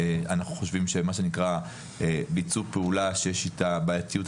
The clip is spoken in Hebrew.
אנחנו חושבים שהם מה שנקרא ביצעו פעולה שיש איתה בעייתיות,